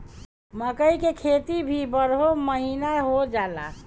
मकई के खेती भी बारहो महिना हो जाला